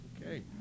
Okay